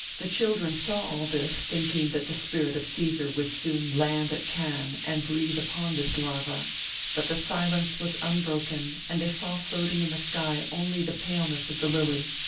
the children saw all this, thinking that the spirit of caesar would soon land at cannes and breathe upon this larva but the silence was unbroken and they saw floating in the sky only the paleness of the lily.